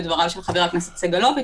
בדבריו של חבר הכנסת סגלוביץ',